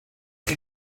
chi